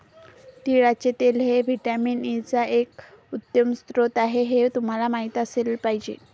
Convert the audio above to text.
तिळाचे तेल हे व्हिटॅमिन ई चा एक उत्तम स्रोत आहे हे तुम्हाला माहित असले पाहिजे